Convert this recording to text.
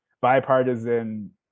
bipartisan